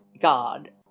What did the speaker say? God